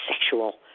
sexual